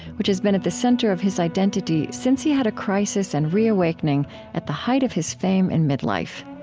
which has been at the center of his identity since he had a crisis and reawakening at the height of his fame in mid-life.